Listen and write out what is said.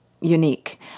unique